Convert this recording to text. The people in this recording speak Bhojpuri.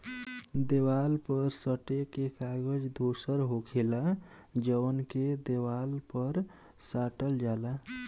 देवाल पर सटे के कागज दोसर होखेला जवन के देवाल पर साटल जाला